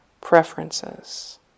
preferences